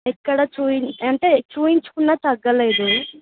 ఎక్కడ చూయిం అంటే చూపించుకున్నా తగ్గలేదు